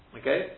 Okay